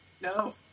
no